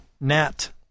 Nat